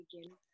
begin